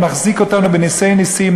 מחזיק אותנו בנסי נסים,